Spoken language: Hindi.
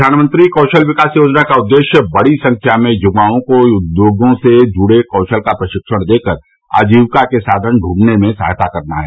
प्रधानमंत्री कौशल विकास योजना का उद्देश्य बड़ी संख्या में य्वाओं को उद्योगों से जुड़े कौशल का प्रशिक्षण देकर आजीविका के साधन दूंढने में सहायता करना है